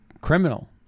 criminal